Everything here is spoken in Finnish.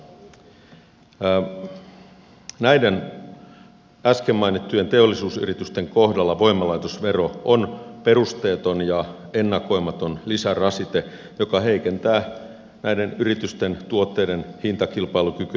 näiden äsken mainittujen teollisuusyritysten kohdalla voimalaitosvero on perusteeton ja ennakoimaton lisärasite joka heikentää näiden yritysten tuotteiden hintakilpailukykyä markkinoilla